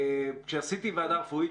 כשעשיתי ועדה רפואית,